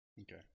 okay